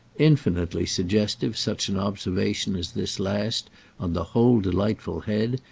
infinitely suggestive such an observation as this last on the whole delightful head,